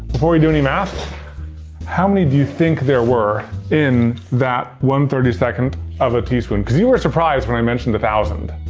before we do any math how many do you think there were in that one thirty second of a teaspoon? cause you were surprised when i mentioned a thousand.